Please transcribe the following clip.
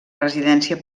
residència